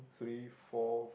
three four